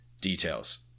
details